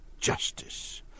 justice